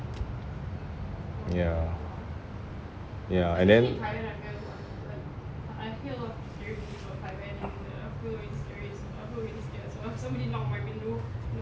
yeah ya and then